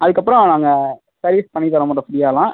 அதுக்கப்புறம் நாங்கள் சர்வீஸ் பண்ணி தரமாட்டோம் ஃப்ரீயாகலாம்